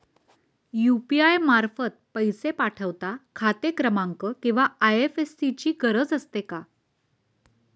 UPI मार्फत पैसे पाठवता खाते क्रमांक किंवा आय.एफ.एस.सी ची गरज असते का?